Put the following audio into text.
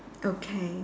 okay